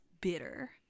bitter